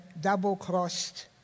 double-crossed